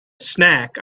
snack